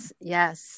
Yes